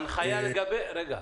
רגע,